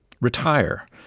retire